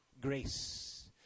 grace